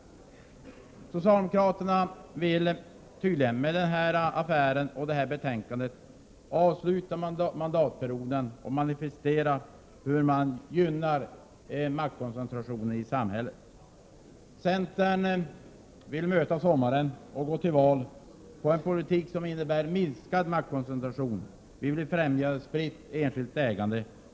fktion AB: mission Socialdemokraterna vill tydligen med den här affären och med det här betänkandet avsluta mandatperioden och manifestera hur man gynnar maktkoncentrationen i samhället. Centern vill möta sommaren och gå till val på en politik som innebär minskad maktkoncentration. Vi vill främja spritt enskilt ägande.